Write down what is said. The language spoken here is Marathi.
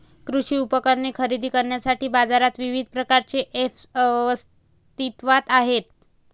कृषी उपकरणे खरेदी करण्यासाठी बाजारात विविध प्रकारचे ऐप्स अस्तित्त्वात आहेत